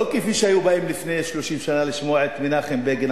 לא כפי שבאו לפני 30 שנה לשמוע את מנחם בגין,